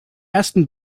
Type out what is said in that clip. ersten